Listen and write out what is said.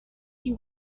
you